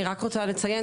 אני רק רוצה לציין,